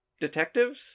Detectives